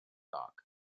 dock